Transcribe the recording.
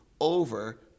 over